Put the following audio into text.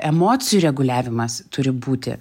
emocijų reguliavimas turi būti